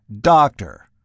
Doctor